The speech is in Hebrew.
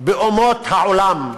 באומות העולם,